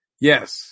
Yes